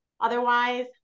Otherwise